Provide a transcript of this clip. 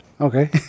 okay